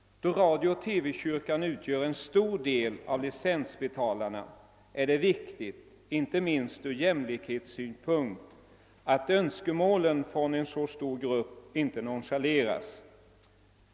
Då radio-TV-kyrkan utgör en stor del av licensbetalarna är det viktigt, inte minst ur jämlikhetssynpunkt, att önskemålen från denna stora grupp inte nonchaleras.